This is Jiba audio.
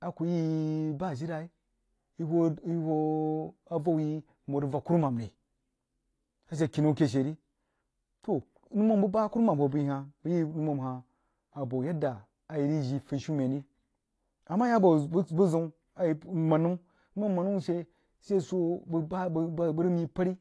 A kuh yi yi bah ajilai yi hoo avau yi mhoo tig vak kurumam ri a she kinau keh she ri toh noumum buba a kurumam hoo əi hah yi moumum hah a bo yadda a yi rig jii funishumen ri a mah ya boh buh zaun mannən noumum mannən a she swoh abəg bəg rig mie pəri